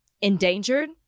endangered